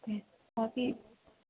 okay બાકી